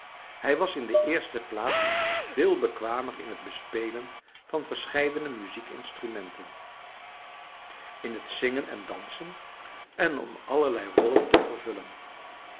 hij was in de eerste plaats veel bekwamer in het bespelen van verscheidene muziekinstrumenten in het zingen en dansen en om allerlei rollen te vervullen